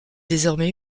désormais